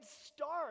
start